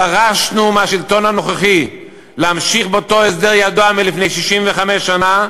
דרשנו מהשלטון הנוכחי להמשיך באותו הסדר ידוע מלפני 65 שנה,